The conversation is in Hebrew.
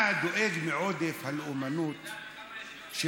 לא יעזרו לא דוד אמסלם ולא מיקי זוהר.